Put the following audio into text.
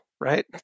right